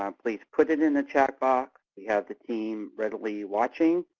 um please put it in the chat box. we have the team readily watching.